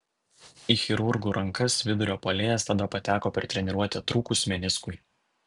į chirurgų rankas vidurio puolėjas tada pateko per treniruotę trūkus meniskui